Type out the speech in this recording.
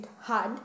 hard